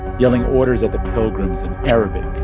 yelling orders at the pilgrims in arabic,